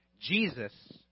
Jesus